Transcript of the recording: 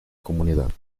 comunidad